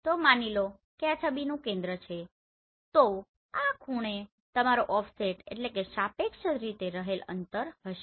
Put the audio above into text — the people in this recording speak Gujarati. તો માની લો કે આ છબીનું કેન્દ્ર છે તો આ ખૂણો તમારો ઓફસેટOffsetસાપેક્ષ રીતે રહેલ અંતર હશે